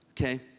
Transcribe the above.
okay